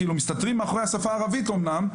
כאילו מסתתרים מאחורי השפה הערבית אמנם,